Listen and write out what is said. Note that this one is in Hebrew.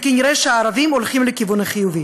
ונראה שהערבים הולכים לכיוון החיובי.